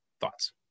Thoughts